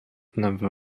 number